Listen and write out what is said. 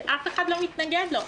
שאף אחד לא מתנגד לו,